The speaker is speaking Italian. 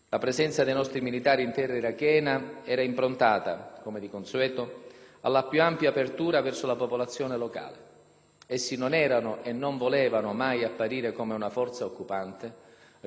Essi non erano e non volevano mai apparire come una forza occupante, rinchiusa nel suo fortino ai margini dell'abitato, ma come una presenza discreta e dialogante, fianco a fianco con la gente del luogo.